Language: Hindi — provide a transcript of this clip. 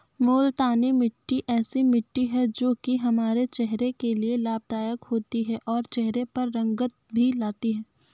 मूलतानी मिट्टी ऐसी मिट्टी है जो की हमारे चेहरे के लिए लाभदायक होती है और चहरे पर रंगत भी लाती है